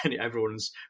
everyone's